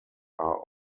are